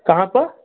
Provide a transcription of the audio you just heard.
कहाँ पर